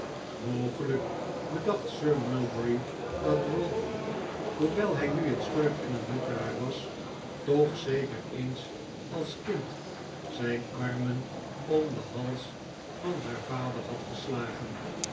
mogelijk bedacht sir mulberry dat ralph hoewel hij nu een schurk en een woekeraar was toch zeker eens als kind zijn armen om den hals van haar vader had geslagen